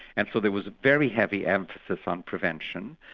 and so there was a very heavy emphasis on prevention,